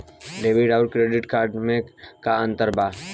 Debit आउर credit card मे का अंतर बा?